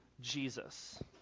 Jesus